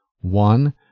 One